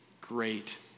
Great